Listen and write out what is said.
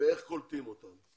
ואיך קולטים אותם.